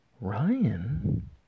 Ryan